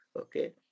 okay